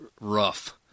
rough